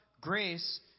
grace